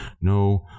no